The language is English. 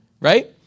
Right